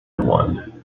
one